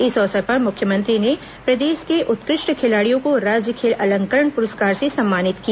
इस अवसर पर मुख्यमंत्री ने प्रदेश के उत्कृष्ट खिलाडियों को राज्य खेल अलंकरण पुरस्कार से सम्मानित किया